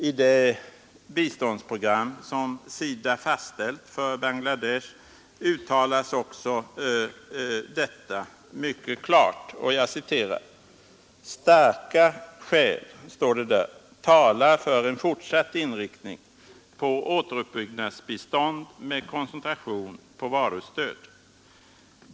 I det biståndsprogram som SIDA fastställt för Bangladesh uttalas också detta mycket klart: ”Starka skäl talar för en fortsatt inriktning på återuppbyggnadsbistånd med koncentration på varustöd.